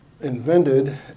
invented